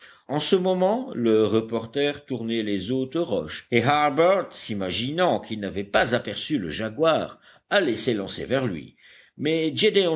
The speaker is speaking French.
en ce moment le reporter tournait les hautes roches et harbert s'imaginant qu'il n'avait pas aperçu le jaguar allait s'élancer vers lui mais